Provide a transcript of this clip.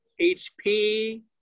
HP